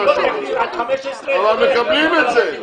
אבל מקבלים את זה.